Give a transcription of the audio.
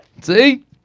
See